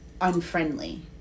unfriendly